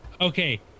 Okay